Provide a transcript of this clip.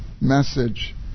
message